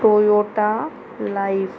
Toyota life